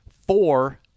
four